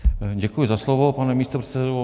Děkuji za slovo, pane místopředsedo.